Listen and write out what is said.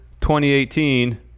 2018